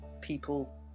people